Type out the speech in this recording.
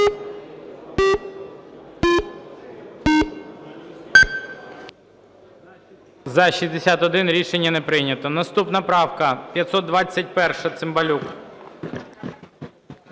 За-61 Рішення не прийнято. Наступна правка 521. Цимбалюк.